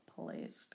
placed